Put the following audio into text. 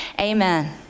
amen